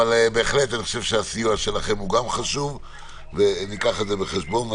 אבל בהחלט הסיוע שלכם גם חשוב וניקח את זה בחשבון.